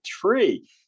three